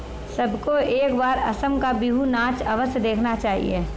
सबको एक बार असम का बिहू नाच अवश्य देखना चाहिए